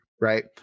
right